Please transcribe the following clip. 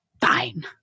Fine